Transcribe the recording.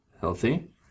healthy